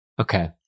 Okay